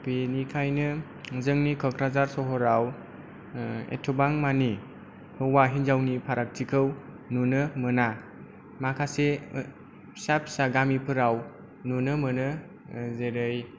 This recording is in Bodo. बिनिखायनो जोंनि क'क्राझार सहराव एथ'बां मानि हौवा हिनजावनि फारागथिखौ नुनो मोना माखासे फिसा फिसा गामिफोराव नुनो मोनो जेरै